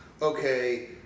okay